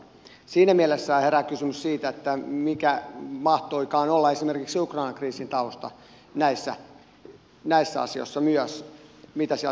siinä mielessä herää kysymys siitä mikä mahtoikaan olla esimerkiksi ukrainan kriisin tausta myös näissä asioissa mitä siellä taustalla tapahtui